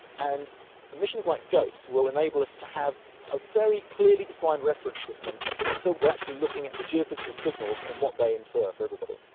and missions like goce will enable us to have a very clearly defined reference system so we're actually looking at the geophysical signals and what they infer for everybody.